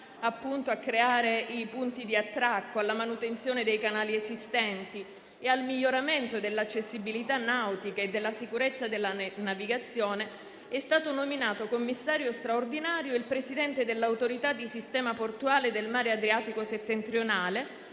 a creare i punti di attracco, alla manutenzione dei canali esistenti e al miglioramento dell'accessibilità nautica e della sicurezza della navigazione, è stato nominato commissario straordinario il presidente dell'Autorità di sistema portuale del Mare Adriatico settentrionale,